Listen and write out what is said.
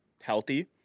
healthy